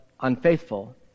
unfaithful